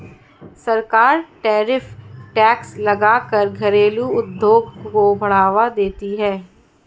सरकार tariff tax लगा कर घरेलु उद्योग को बढ़ावा देती है